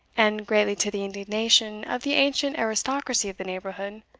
and, greatly to the indignation of the ancient aristocracy of the neighbourhood,